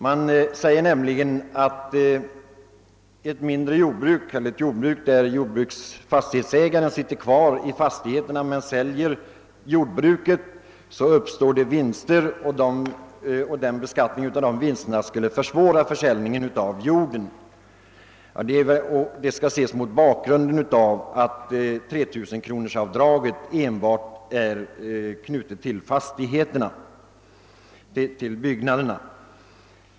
Han sade nämligen att det beträffande jordbruk, om fastighetsägaren sitter kvar i byggnaderna men säljer jordbruket, uppstår vinster och att beskattningen av dessa skulle försvåra försäljning av jorden. Detta skall ses mot bakgrunden av att 3 000-kronorsavdraget är knutet enbart till byggnaderna.